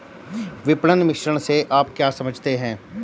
विपणन मिश्रण से आप क्या समझते हैं?